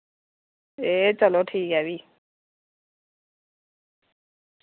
ए चलो ठीक ऐ फ्ही